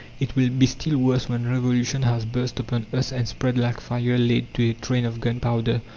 it will be still worse when revolution has burst upon us and spread like fire laid to a train of gunpowder.